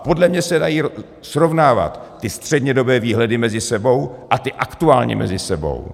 Podle mě se dají srovnávat střednědobé výhledy mezi sebou a ty aktuální mezi sebou.